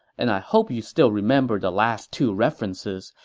and i hope you still remember the last two references,